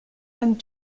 and